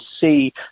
see